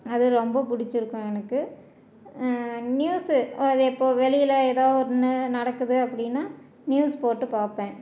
அது ரொம்ப பிடிச்சிருக்கும் எனக்கு நியூஸு அது இப்போ வெளியில் எதா ஒன்று நடக்குது அப்படின்னா நியூஸ் போட்டு பார்ப்பேன்